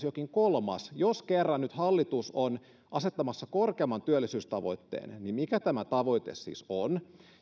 jokin kolmas jos kerran hallitus on nyt asettamassa korkeamman työllisyystavoitteen niin mikä tämä tavoite siis on